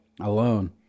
Alone